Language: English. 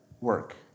work